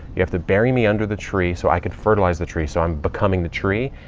you have to bury me under the tree so i could fertilize the tree. so i'm becoming the tree.